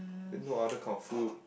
then no other kind of food